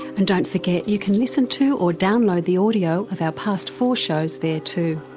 and don't forget you can listen to or download the audio of our past four shows there too.